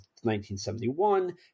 1971